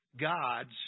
gods